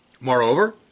Moreover